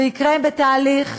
זה יקרה בתהליך,